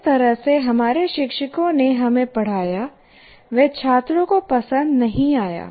जिस तरह से हमारे शिक्षकों ने हमें पढ़ाया वह छात्रों को पसंद नहीं आया